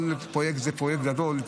כל פרויקט זה פרויקט גדול,